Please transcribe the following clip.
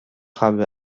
habe